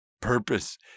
purpose